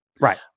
Right